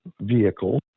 vehicle